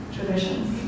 Traditions